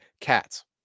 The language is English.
cats